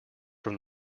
from